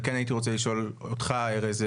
אני כן הייתי רוצה לשאול אותך ארז,